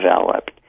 developed